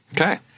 Okay